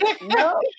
no